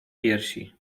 piersi